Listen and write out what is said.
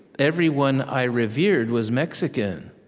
everyone i revered was mexican,